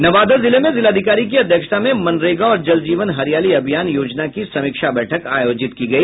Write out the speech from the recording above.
नवादा जिले में जिलाधिकारी की अध्यक्षता में मनरेगा और जल जीवन हरियाली अभियान योजना की समीक्षा बैठक आयोजित की गई